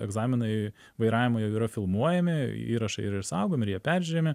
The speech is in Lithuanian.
egzaminai vairavimo jau yra filmuojami įrašai yra išsaugomi ir jie peržiūrimi